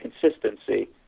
consistency